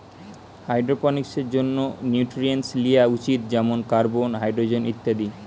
হাইড্রোপনিক্সের জন্যে নিউট্রিয়েন্টস লিয়া উচিত যেমন কার্বন, হাইড্রোজেন ইত্যাদি